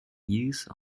use